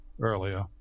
earlier